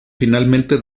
finalmente